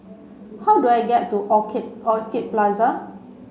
how do I get to Orchid Orchid Plaza